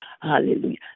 Hallelujah